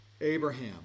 abraham